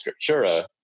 Scriptura